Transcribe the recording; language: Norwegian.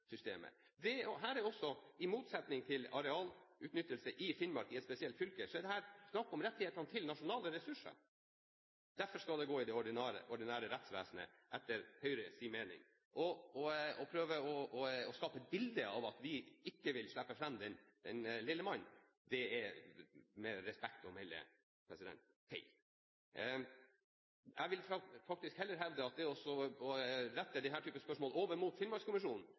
I motsetning til arealutnyttelse i Finnmark, i ett spesielt fylke, er dette snakk om rettigheter til nasjonale ressurser. Derfor skal det gå i det ordinære rettssystemet, etter Høyres mening. Å prøve å skape et bilde av at vi ikke vil slippe fram den lille mann, er med respekt å melde feil. Jeg vil faktisk heller hevde at å legge disse spørsmålene over til Finnmarkskommisjonen – med det